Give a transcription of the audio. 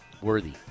worthy